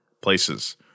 places